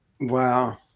wow